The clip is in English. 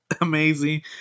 amazing